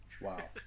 Wow